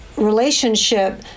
relationship